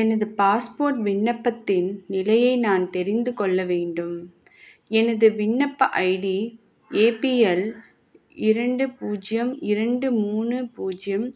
எனது பாஸ்போர்ட் விண்ணப்பத்தின் நிலையை நான் தெரிந்துகொள்ள வேண்டும் எனது விண்ணப்ப ஐடி ஏபிஎல் இரண்டு பூஜ்யம் இரண்டு மூணு பூஜ்யம்